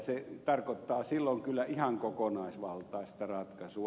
se tarkoittaa silloin kyllä ihan kokonaisvaltaista ratkaisua